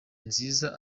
nziza